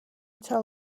tell